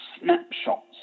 snapshots